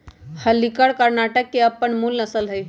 हल्लीकर कर्णाटक के अप्पन मूल नसल हइ